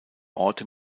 orte